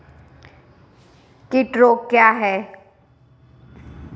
कीट रोग क्या है?